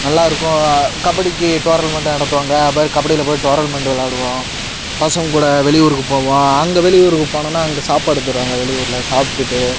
நல்லா இருக்கும் கபடிக்கு டோரல்மண்ட்டு நடத்துவாங்க அப்புறம் கபடியில் போய் டோரல்மெண்ட் விளாடுவோம் பசங்ககூட வெளியூருக்கு போவோம் அங்கே வெளியூருக்கு போனோனால் அங்கே சாப்பாடு தருவாங்க வெளியூரில் சாப்பிட்டுட்டு